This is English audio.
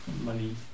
money